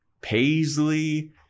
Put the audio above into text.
paisley